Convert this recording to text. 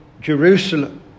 Jerusalem